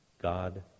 God